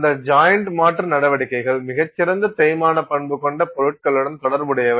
அந்த ஜாயிண்ட் மாற்று நடவடிக்கைகள் மிகச் சிறந்த தேய்மான பண்பு கொண்ட பொருட்களுடன் தொடர்புடையவை